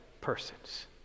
persons